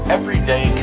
Everyday